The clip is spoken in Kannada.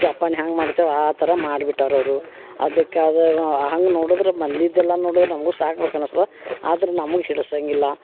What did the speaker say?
ಜೋಪಾನ ಹ್ಯಾಂಗ ಮಾಡ್ತೇವೆ ಆ ಥರ ಮಾಡಿ ಬಿಟ್ಟಾರ ಅವರು ಅದಕ್ಕೆ ಅದ ಮ ಹಂಗೆ ನೋಡದ್ರ ಮಂದಿದ್ದೆಲ್ಲ ನೋಡದ್ರ ನಮಗೂ ಸಾಕ್ಬೇಕು ಅನಸ್ತದ ಅದ್ರ ನಮ್ಗ ಹಿಡ್ಸಂಗಿಲ್ಲ